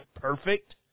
perfect